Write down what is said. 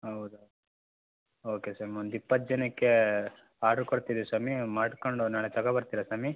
ಹೌದು ಓಕೆ ಸ್ವಾಮಿ ಒಂದು ಇಪ್ಪತ್ತು ಜನಕ್ಕೆ ಆರ್ಡ್ರ್ ಕೊಡ್ತೀನಿ ಸ್ವಾಮಿ ಮಾಡಿಕೊಂಡು ನಾಳೆ ತಗೋ ಬರ್ತೀರಾ ಸ್ವಾಮಿ